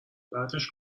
بعدش